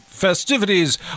festivities